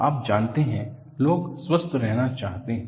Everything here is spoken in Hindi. आप जानते हैं लोग स्वस्थ रहना चाहते हैं